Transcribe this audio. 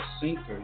sinker